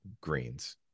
greens